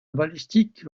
balistique